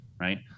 right